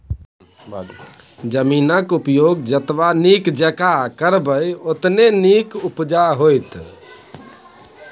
जमीनक उपयोग जतबा नीक जेंका करबै ओतने नीक उपजा होएत